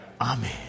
Amen